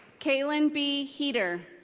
calen b. heeter.